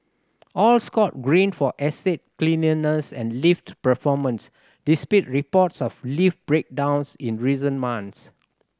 all scored Green for estate cleanliness and lift performance despite reports of lift breakdowns in recent months